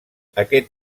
aquest